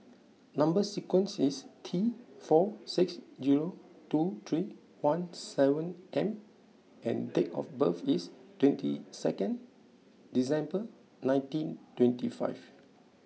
number sequence is T four six zero two three one seven M and date of birth is twenty second December nineteen twenty five